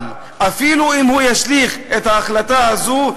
אבל אפילו אם הוא ישליך את ההחלטה הזו,